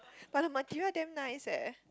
but the material damn nice eh